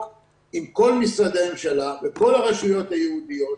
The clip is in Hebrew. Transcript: עם כל משרדי הממשלה וכל הרשויות הייעודיות,